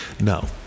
No